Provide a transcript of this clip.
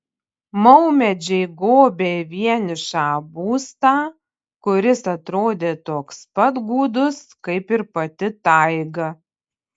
maumedžiai gobė vienišą būstą kuris atrodė toks pat gūdus kaip ir pati taiga